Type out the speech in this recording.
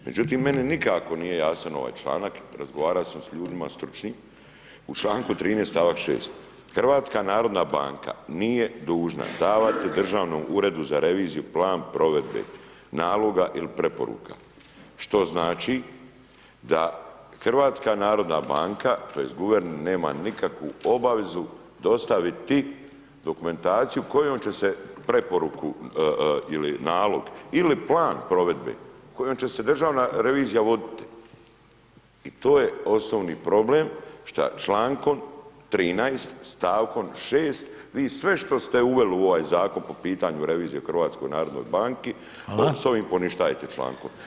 Međutim meni nikako nije jasno ovaj članak, razgovarao sam sa ljudima stručnim, u članku 13. stavak 6., HNB nije dužna davati Državnom uredu za reviziju plan provedbe naloga ili preporuka što znači da HNB tj. guverner nema nikakvu obavezu dostaviti dokumentaciju kojom će se preporuku ili nalog ili plan provedbe, kojom će se Državna revizija voditi i to je osnovni problem šta člankom 13. stavkom 6. vi sve što ste uveli u ovaj zakon po pitanju po pitanju revizije u HNB-u s ovim poništavate člankom.